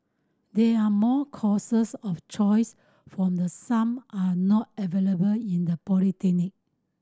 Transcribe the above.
there are more courses of choose from the some are not available in the polytechnic